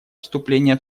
вступления